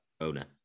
Owner